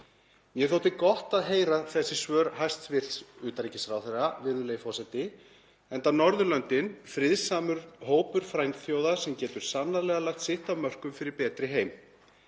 Mér þótti gott að heyra þessi svör hæstv. utanríkisráðherra, virðulegi forseti, enda Norðurlöndin friðsamur hópur frændþjóða sem getur sannarlega lagt sitt af mörkum fyrir betri heim.